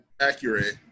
accurate